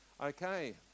okay